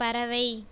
பறவை